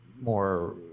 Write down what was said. more